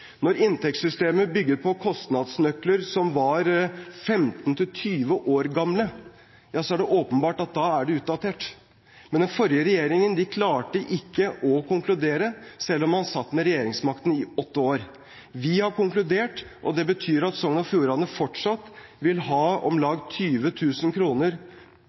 Når inntektssystemet bygger på kostnadsnøkler som er 15–20 år gamle, er det åpenbart at det er utdatert. Men den forrige regjeringen klarte ikke å konkludere, selv om man satt med regjeringsmakten i åtte år. Vi har konkludert, og det betyr at Sogn og Fjordane fortsatt vil ha om lag